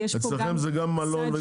אצלכם זה גם מלון.